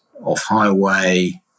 off-highway